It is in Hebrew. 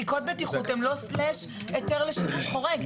בדיקות בטיחות הם לא סלאש היתר לשימוש חורג.